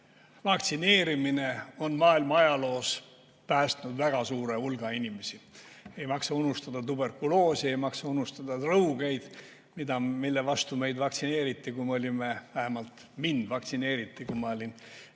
Vaktsineerimine on maailma ajaloos päästnud väga suure hulga inimesi. Ei maksa unustada tuberkuloosi, ei maksa unustada rõugeid, mille vastu meid vaktsineeriti, kui me olime [väikesed lapsed]. Vähemalt mind vaktsineeriti, kui ma olin väike laps.